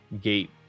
gate